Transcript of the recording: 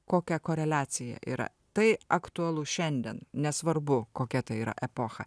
kokia koreliacija yra tai aktualu šiandien nesvarbu kokia tai yra epocha